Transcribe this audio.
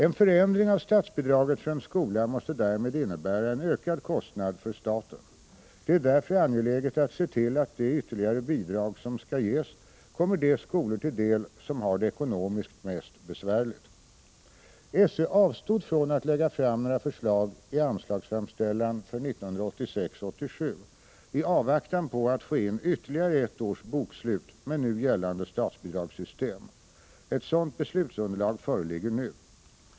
En förändring av statsbidraget för en skola måste därmed innebära en ökad kostnad för staten. Det är därför angeläget att se till att de ytterligare bidrag som skall ges kommer de skolor till del som har det ekonomiskt mest besvärligt. SÖ avstod från att lägga fram några förslag i anslagsframställan för 1986/87 i avvaktan på att få in ytterligare ett års bokslut med nu gällande statsbidragssystem. Ett sådant beslutsunderlag föreligger nu.